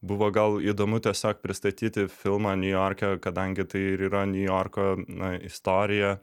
buvo gal įdomu tiesiog pristatyti filmą niujorke kadangi tai ir yra niujorko na istorija